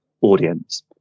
audience